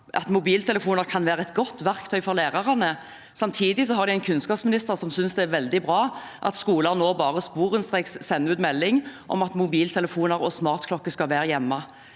at mobiltelefon kan være et godt verktøy for lærerne. Samtidig har de en kunnskapsminister som synes det er veldig bra at skoler nå bare sporenstreks sender ut melding om at mobiltelefoner og smartklokker skal være hjemme.